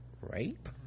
rape